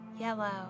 yellow